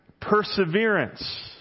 perseverance